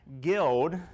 guild